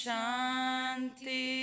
Shanti